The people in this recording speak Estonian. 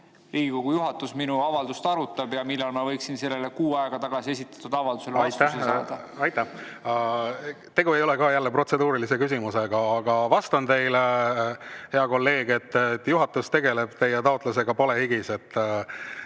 Riigikogu juhatus minu avaldust arutab? Millal ma võiksin sellele kuu aega tagasi esitatud avaldusele vastuse saada? Aitäh! Jälle ei ole tegu protseduurilise küsimusega, aga vastan teile, hea kolleeg, et juhatus tegeleb teie taotlusega palehigis.